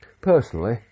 Personally